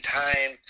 time